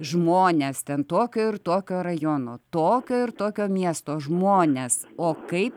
žmones ten tokio ir tokio rajono tokio ir tokio miesto žmones o kaip